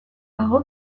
dago